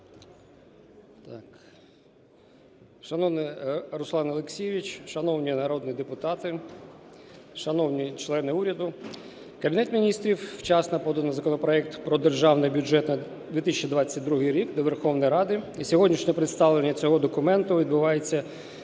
Шановний Руслан Олексійович, шановні народні депутати, шановані члени уряду! Кабінет Міністрів вчасно подав законопроект про Державний бюджет на 2022 рік до Верховної Ради, і сьогоднішнє представлення цього документа відбувається відповідно